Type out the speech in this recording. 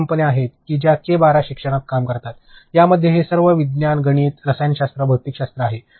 अशा कंपन्या आहेत ज्या के 12 शिक्षणात काम करतात त्यामध्ये हे सर्व गणिते विज्ञान रसायनशास्त्र भौतिकशास्त्र आहे